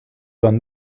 dann